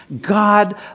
God